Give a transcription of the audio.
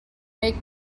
make